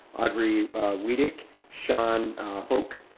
audrey redic, sean hoke,